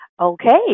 Okay